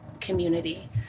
community